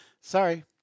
Sorry